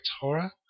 Horror